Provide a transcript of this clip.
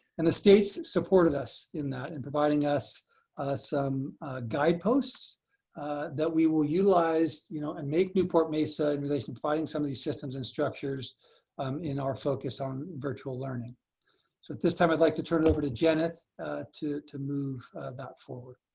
and the states supported us in that and providing us some guideposts that we will utilize you know and make newport-mesa in relation to finding some of these systems and structures um in our focus on virtual learning. so at this time i'd like to turn it over to jenith to to move that forward.